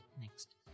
next